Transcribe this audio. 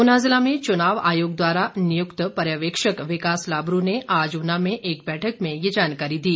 ऊना जिला में चुनाव आयोग द्वारा नियुक्त पर्यवेक्षक विकास लाबरू ने आज ऊना में एक बैठक में ये जानकारी दी